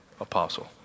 apostle